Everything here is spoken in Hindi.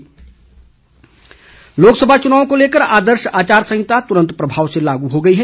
आचार संहिता लोकसभा चुनाव को लेकर आदर्श आचार संहिता तुरंत प्रभाव से लागू हो गई है